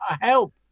help